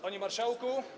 Panie Marszałku!